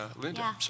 Linda